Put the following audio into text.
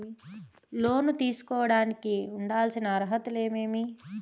లోను తీసుకోడానికి ఉండాల్సిన అర్హతలు ఏమేమి?